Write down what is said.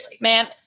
Man